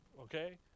Okay